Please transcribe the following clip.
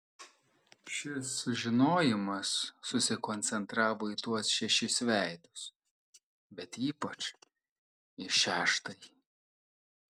šis žinojimas susikoncentravo į tuos šešis veidus bet ypač į šeštąjį